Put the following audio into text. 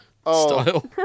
style